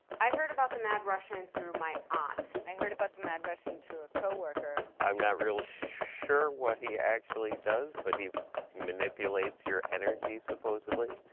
i heard about the mad russian through my aunt. i heard about the mad russian through a co-worker. i'm not real sure what he actually does, but he manipulates your energy supposedly.